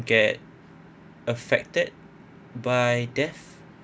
get affected by death